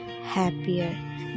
happier